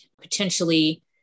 potentially